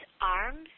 arms